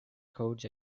codes